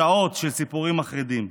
שעות של סיפורים מחרידים.